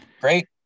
Great